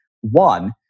One